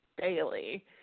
daily